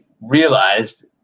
realized